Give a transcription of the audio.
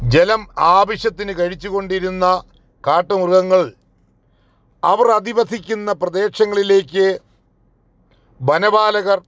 ജലം ആവശ്യത്തിന് കഴിച്ചുകൊണ്ടിരുന്ന കാട്ടുമൃഗങ്ങൾ അവർ അധിവസിക്കുന്ന പ്രദേശങ്ങളിലേക്ക് വനപാലകർ